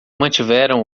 mantiveram